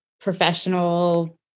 professional